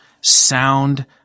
sound –